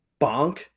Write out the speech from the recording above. Bonk